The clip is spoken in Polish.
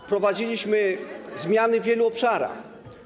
Wprowadziliśmy zmiany w wielu obszarach.